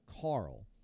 Carl